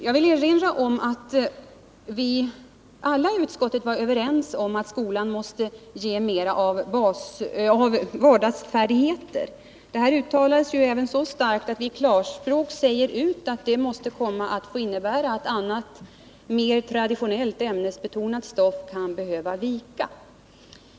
Jag villerinra om att vi alla i utskottet var överens om att skolan måste ge mera av vardagsfärdigheter. Det uttalas så starkt, att vi i klarspråk säger att detta måste kunna innebära att annat, ”mer traditionellt, ämnesbetonat stoff kan då behöva vika”.